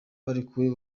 barekuwe